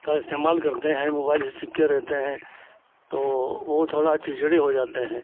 का इस्तेमाल करते हैं मोबाइल से चिपके रहते हैं तो वह वह थोड़ा चिड़चिड़े हो जाते हैं